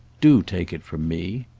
do take it from me.